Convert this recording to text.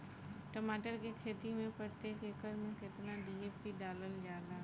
टमाटर के खेती मे प्रतेक एकड़ में केतना डी.ए.पी डालल जाला?